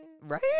Right